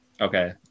Okay